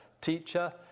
teacher